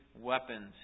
weapons